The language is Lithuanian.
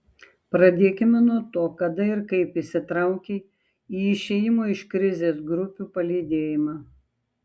pradėkime nuo to kada ir kaip įsitraukei į išėjimo iš krizės grupių palydėjimą